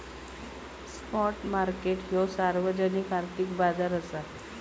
spot market ह्यो सार्वजनिक आर्थिक बाजार असा